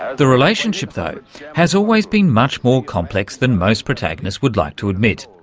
the relationship though has always been much more complex than most protagonists would like to admit,